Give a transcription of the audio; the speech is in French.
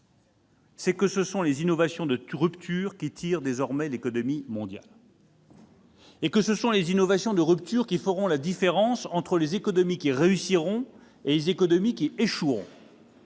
: ce sont les innovations de rupture qui tirent désormais l'économie mondiale. Ces innovations de rupture feront la différence entre les économies qui réussiront et celles qui échoueront.